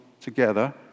together